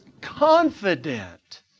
confident